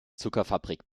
zuckerfabrik